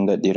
masiŋ.